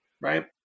right